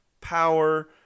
power